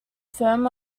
firm